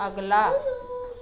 ਅਗਲਾ